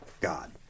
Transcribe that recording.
God